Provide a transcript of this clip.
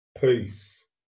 Peace